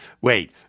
wait